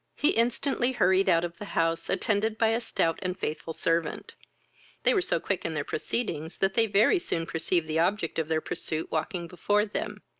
he instantly hurried out of the house, attended by a stout and faithful servant they were so quick in their proceedings, that they very soon perceived the object of their pursuit walking before them.